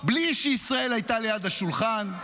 בלי שישראל הייתה ליד השולחן,